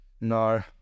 No